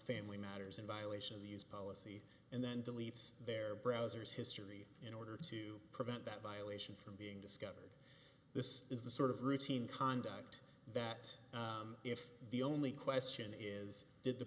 family matters in violation of these policy and then deletes their browsers history in order to prevent that violation from being discovered this is the sort of routine conduct that if the only question is